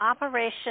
Operation